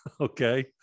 Okay